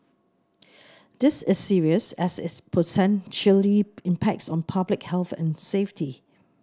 this is serious as it potentially impacts on public health and safety